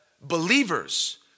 believers